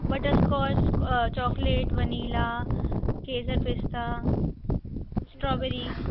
butterscotch chocolate vanilla केसर पिस्ता strawberry